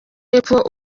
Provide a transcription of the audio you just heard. y’epfo